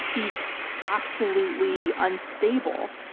he's absolutely unstable.